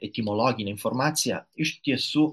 etimologinė informacija iš tiesų